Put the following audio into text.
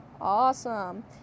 Awesome